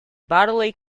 bodily